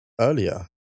earlier